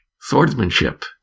swordsmanship